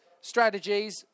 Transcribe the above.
strategies